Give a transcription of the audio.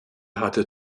hatte